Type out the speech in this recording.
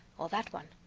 or that one.